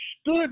stood